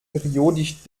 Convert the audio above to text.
periodisch